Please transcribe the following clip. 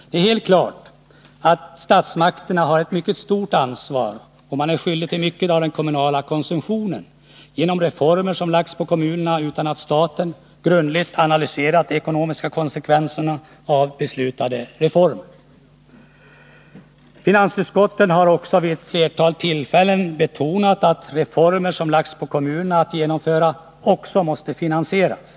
Det är helt klart att statsmakterna har ett mycket stort ansvar, och de är skyldiga till mycket av den kommunala konsumtionen genom reformer som lagts på kommunerna utan att staten grundligt analyserat de ekonomiska konsekvenserna av dessa reformer. Finansutskottet har vid ett flertal tillfällen också betonat att reformer som kommunerna ålagts att genomföra också måste finansieras.